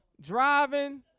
driving